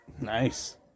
Nice